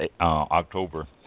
October